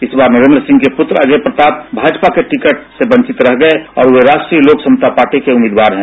इस बार नरेंद्र सिंह के पुत्र अजय प्रताप भाजपा से टिकट मिलने से वंचित रह गये और वे राष्ट्रीय लोक समता पार्टी के उम्मीदवार हैं